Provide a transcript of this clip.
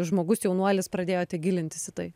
žmogus jaunuolis pradėjote gilintis į tai